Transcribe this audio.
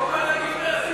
הוא אמר לה "גברת".